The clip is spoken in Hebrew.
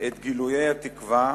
את גילויי התקווה,